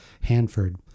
Hanford